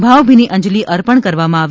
ભાવભીની અંજલી અર્પણ કરવામાં આવી